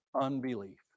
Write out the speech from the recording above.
Unbelief